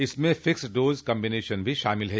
इसमें fixed dose combination भी शामिल है